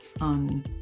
on